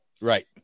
Right